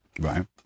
Right